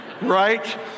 right